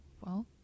welcome